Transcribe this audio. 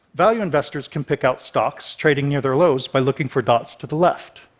value investors can pick out stocks trading near their lows by looking for dots to the left.